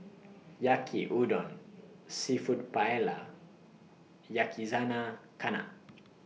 Yaki Udon Seafood Paella Yakizakana